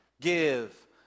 give